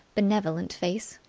benevolent face.